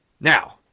Now